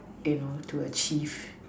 in order to achieve